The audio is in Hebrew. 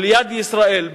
או ליד ישראל,